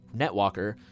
NetWalker